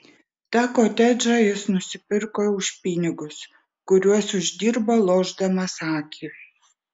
tą kotedžą jis nusipirko už pinigus kuriuos uždirbo lošdamas akį